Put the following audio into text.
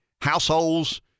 households